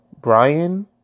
Brian